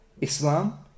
Islam